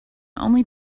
only